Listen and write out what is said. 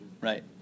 Right